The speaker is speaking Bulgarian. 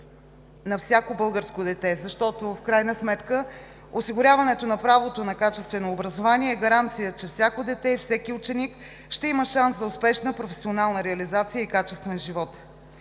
на всяко българско дете, защото в крайна сметка осигуряването на правото на качествено образование е гаранция, че всяко дете и всеки ученик ще има шанс за успешна професионална реализация и качествен живот.